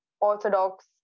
orthodox